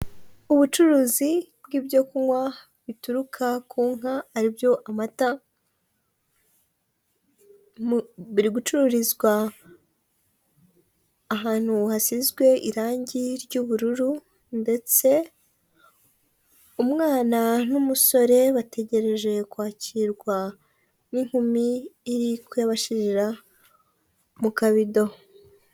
Ubucuruzi bw'ibyo kunywa bituruka ku nka ari byo amata, biri gucururizwa ahantu hasizwe irangi ry'ubururu ndetse umwana n'umusore bategereje kwakirwa n'inkumi iri kuyabashirira mu kabido.